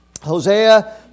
Hosea